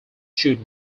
should